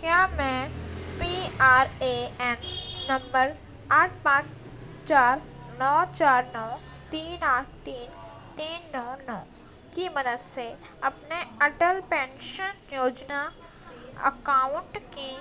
کیا میں P R A N number آٹھ پانچ چار نو چار نو تین آٹھ تین تین نو نو کی مدد سے اپنے اٹل پینشن یوجنا اکاؤنٹ کی